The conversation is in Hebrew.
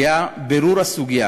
היה בירור הסוגיה